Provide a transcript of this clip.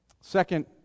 Second